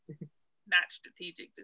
not-strategic